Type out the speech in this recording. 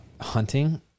hunting